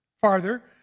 farther